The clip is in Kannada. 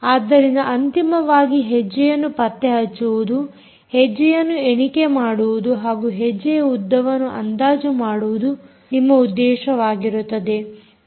ಆದ್ದರಿಂದ ಅಂತಿಮವಾಗಿ ಹೆಜ್ಜೆಯನ್ನು ಪತ್ತೆಹಚ್ಚುವುದು ಹೆಜ್ಜೆಯನ್ನು ಎಣಿಕೆ ಮಾಡುವುದು ಹಾಗೂ ಹೆಜ್ಜೆಯ ಉದ್ದವನ್ನು ಅಂದಾಜು ಮಾಡುವುದು ನಿಮ್ಮ ಉದ್ದೇಶವಾಗಿರುತ್ತದೆ